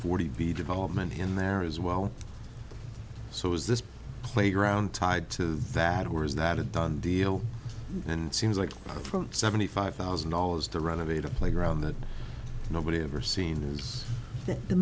forty b development in there as well so is this playground tied to that or is that a done deal and seems like from seventy five thousand dollars to renovate a playground that nobody ever seen